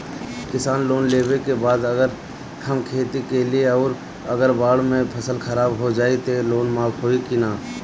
किसान लोन लेबे के बाद अगर हम खेती कैलि अउर अगर बाढ़ मे फसल खराब हो जाई त लोन माफ होई कि न?